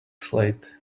slate